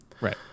Right